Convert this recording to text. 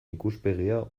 ikuspegia